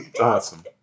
Awesome